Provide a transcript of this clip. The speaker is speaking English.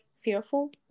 fearful